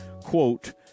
quote